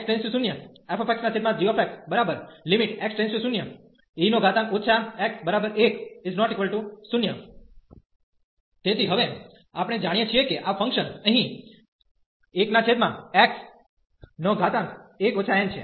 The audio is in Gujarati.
fxgx e x 1≠0 તેથી હવે આપણે જાણીએ છીએ કે આ ફંકશન અહીં 1x1 n છે